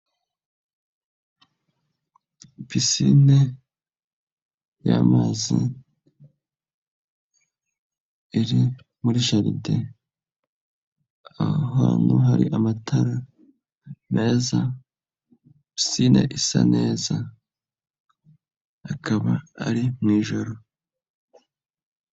Pisine y'amazi iri muri jaride, aho ahantu hari amatara meza, pisine isa neza, akaba ari mu ijoro.